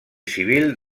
civil